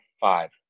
five